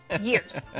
years